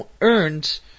earned